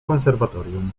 konserwatorium